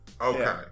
Okay